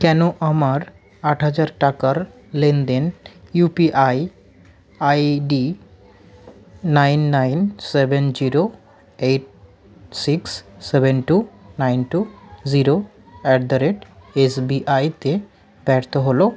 কেন আমার আট হাজার টাকার লেনদেন UPI ID nine nine seven zero eight six seven two nine two zero at the rate S B আইতে ব্যর্থ হলো